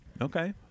Okay